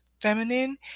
feminine